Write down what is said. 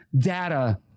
data